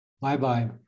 Bye-bye